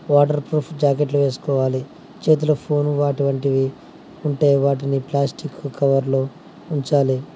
waterproof జాకెట్లు వేసుకోవాలి చేతులో ఫోను అటువంటివి ఉంటే వాటిని ప్లాస్టిక్ కవర్లో ఉంచాలి